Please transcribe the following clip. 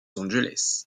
angeles